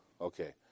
Okay